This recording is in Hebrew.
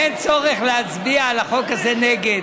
אין צורך להצביע בחוק הזה נגד,